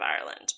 Ireland